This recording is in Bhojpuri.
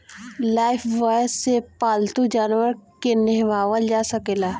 लाइफब्वाय से पाल्तू जानवर के नेहावल जा सकेला